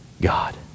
God